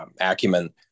acumen